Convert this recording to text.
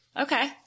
Okay